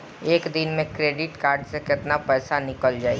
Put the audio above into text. एक दिन मे क्रेडिट कार्ड से कितना पैसा निकल जाई?